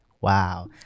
wow